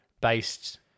Based